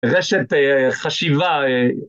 ‫רשת חשיבה.